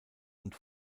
und